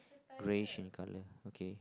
grey in colour okay